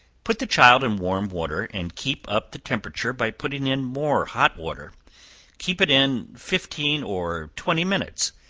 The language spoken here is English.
put the child in warm water, and keep up the temperature by putting in more hot water keep it in fifteen or twenty minutes,